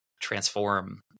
transform